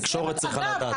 התקשורת צריכה לדעת.